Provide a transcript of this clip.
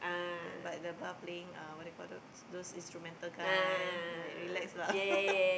then but the bar playing uh what do you call that those instrumental kind like relax lah